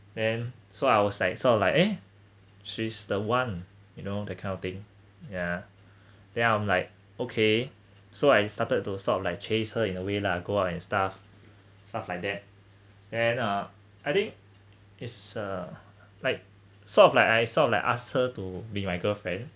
then so I was like so I was like eh she's the one you know that kind of thing ya then I'm like okay so I started to sort of like chase her in a way lah go out and stuff stuff like that then uh I think is uh like sort of like I sort of like asked her to be my girlfriend